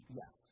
yes